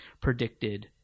predicted